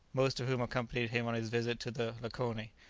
most of whom accompanied him on his visit to the lakoni.